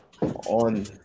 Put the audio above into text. on